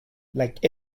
like